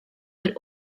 would